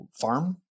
farm